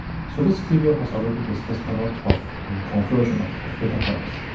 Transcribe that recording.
so this video has already discussed a lot of um conversion of of data types.